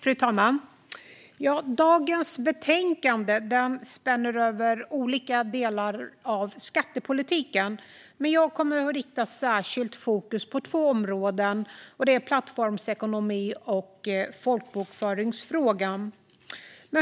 Fru talman! Dagens betänkande spänner över olika delar av skattepolitiken, men jag kommer att rikta särskilt fokus mot två områden: plattformsekonomin och folkbokföringsfrågan.